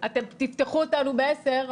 תפתחו אותנו בעשר,